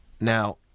Now